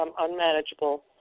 unmanageable